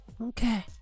Okay